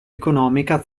economica